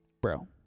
bro